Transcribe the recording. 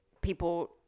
people